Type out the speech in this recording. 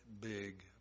big